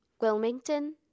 Wilmington